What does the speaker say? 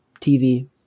TV